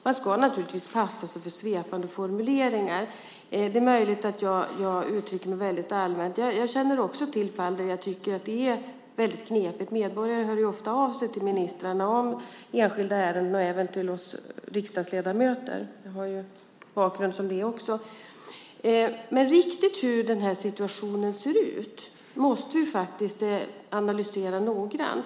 Man ska naturligtvis passa sig för svepande formuleringar. Det är möjligt att jag uttrycker mig väldigt allmänt. Jag känner också till fall där det är väldigt knepigt. Medborgare hör ofta av sig till ministrarna om enskilda ärenden och även till oss riksdagsledamöter. Jag har en bakgrund också som det. Riktigt hur situationen ser ut måste vi analysera noggrant.